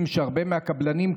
ההבטחה הזו שהנשים יהיו מוגנות,